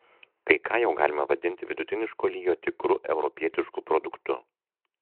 kai ką jau galima vadinti vidutiniško lygio tikru europietišku produktu